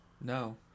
No